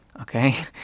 okay